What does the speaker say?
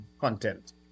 content